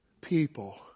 people